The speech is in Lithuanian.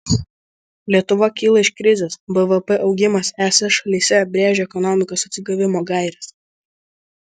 lietuva kyla iš krizės bvp augimas es šalyse brėžia ekonomikos atsigavimo gaires